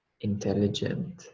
intelligent